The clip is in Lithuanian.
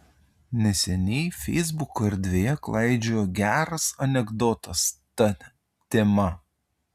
neseniai feisbuko erdvėje klaidžiojo geras anekdotas ta tema